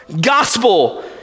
gospel